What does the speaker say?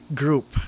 group